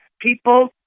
people